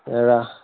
এৰা